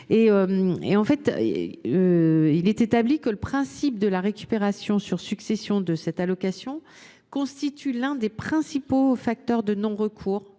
outre mer. Il est établi que le principe de la récupération sur succession de l’Aspa constitue l’un des principaux facteurs de non recours,